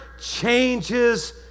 changes